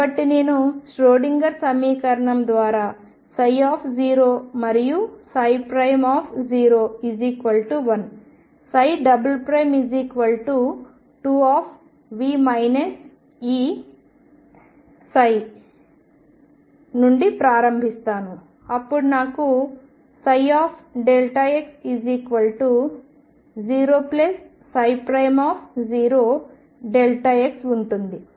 కాబట్టి నేను ష్రోడింగర్ సమీకరణం ద్వారా ψ మరియు ψ1 ψ 2V E నుండి ప్రారంభిస్తాను అప్పుడు నాకు ψ 00x ఉంటుంది